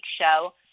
show